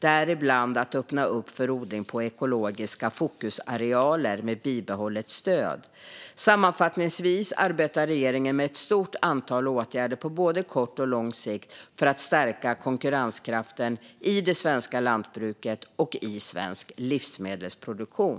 Där ingår att öppna upp för odling på ekologiska fokusarealer med bibehållet stöd. Sammanfattningsvis arbetar regeringen med ett stort antal åtgärder på både kort och lång sikt för att stärka konkurrenskraften i det svenska lantbruket och i svensk livsmedelproduktion.